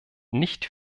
nicht